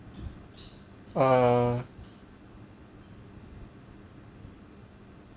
uh